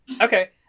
Okay